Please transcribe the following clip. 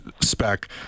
spec